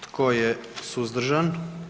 Tko je suzdržan?